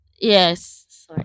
Yes